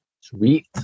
Sweet